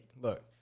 look